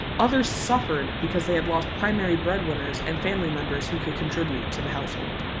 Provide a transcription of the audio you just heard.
others suffered because they had lost primary breadwinners and family members who could contribute to the household.